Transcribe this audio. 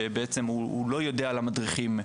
שבעצם הוא לא יודע על המדריכים,